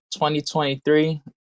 2023